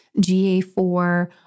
GA4